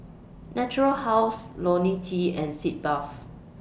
Natura House Lonil T and Sitz Bath